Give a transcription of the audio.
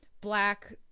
black